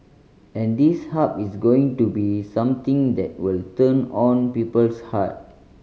and this Hub is going to be something that will turn on people's heart